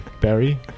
Barry